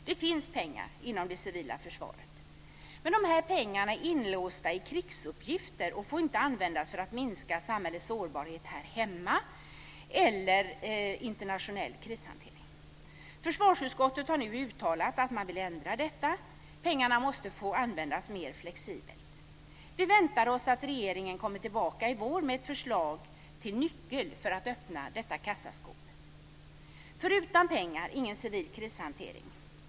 Det finns pengar inom det civila försvaret, men dessa pengar är inlåsta i krigsuppgifter och får inte användas för att minska samhällets sårbarhet här hemma eller till internationell krishantering. Försvarsutskottet har nu uttalat att man vill ändra detta. Pengarna måste få användas mer flexibelt. Vi väntar oss att regeringen kommer tillbaka i vår med ett förslag till nyckel för att öppna detta kassaskåp - utan pengar, ingen civil krishantering.